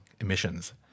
emissions